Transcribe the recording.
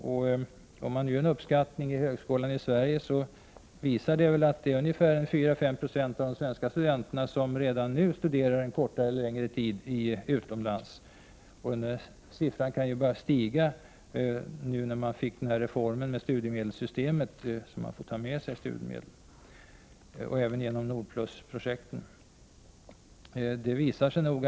Gör man en uppskattning i högskolan i Sverige visar den att ungefär 4-5 Jo av de svenska studenterna redan nu studerar en kortare eller längre tid utomlands. Den siffran kan börja stiga nu, när man har fått reformen av studiemedelssystemet, som innebär att man får ta med sig studiemedel när man studerar utomlands. Även genom Nordplusprojektet kan denna andel stiga.